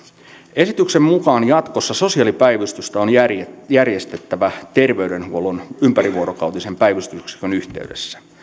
esityksen mukaan jatkossa sosiaalipäivystystä on järjestettävä terveydenhuollon ympärivuorokautisen päivystysyksikön yhteydessä